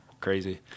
Crazy